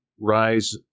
Rise